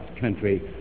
country